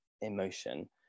emotion